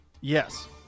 yes